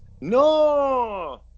No